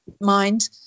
mind